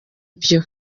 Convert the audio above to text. byo